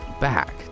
back